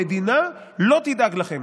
המדינה לא תדאג לכם.